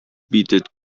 bietet